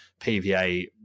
PVA